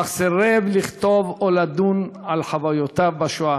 אך סירב לכתוב או לדון על חוויותיו בשואה,